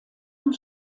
und